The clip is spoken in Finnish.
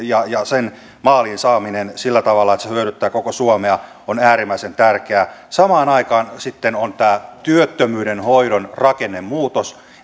ja ja sen maaliin saaminen sillä tavalla että se hyödyttää koko suomea ovat äärimmäisen tärkeitä samaan aikaan on tämä työttömyyden hoidon rakennemuutos